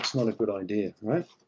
not a good idea, right?